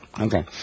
Okay